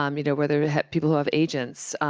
um you know, whether people have agents.